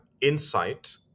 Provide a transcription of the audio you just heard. insight